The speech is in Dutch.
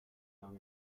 lang